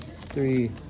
three